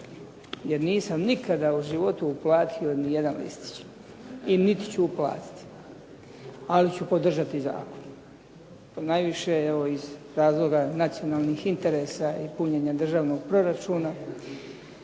jer nisam nikada u životu uplatio ni jedan listić i niti ću uplatiti, ali ću podržati zakon. To najviše evo iz razloga nacionalnih interesa i punjenja državnog proračuna,